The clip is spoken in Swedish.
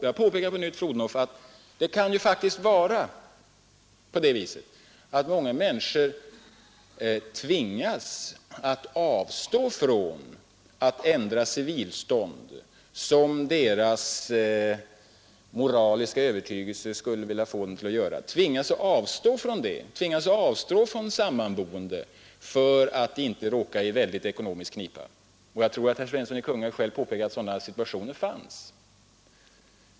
Jag påpekar på nytt, fru Odhnoff, att det faktiskt kan vara så att många människor tvingas avstå från att ändra civilstånd, vilket de av moralisk övertygelse skulle vilja göra, för att inte råka i ekonomisk knipa. Jag tror att herr Svensson i Kungälv själv påpekade att sådana situationer finns.